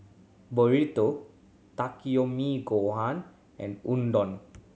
Burrito Takikomi Gohan and Udon